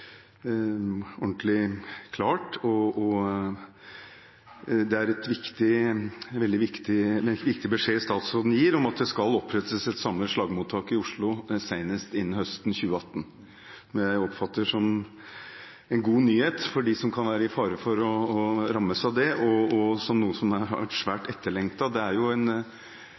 Det er en viktig beskjed statsråden gir, om at det skal opprettes et samlet slagmottak i Oslo senest innen høsten 2018, noe jeg oppfatter som en god nyhet for dem som kan være i fare for å rammes av det, og det er noe som har vært svært etterlengtet. Det er – synes jeg – en